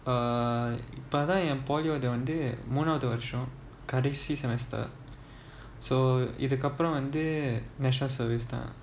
uh இப்போ தான் என்:ippo thaan en in poly ஓட வந்து மூணாவது வருஷம் கடைசி:oda vanthu moonaavathu varusam kadaisi semester so இதுக்கு அப்புறம் வந்து:ithuku appuram vanthu national service lah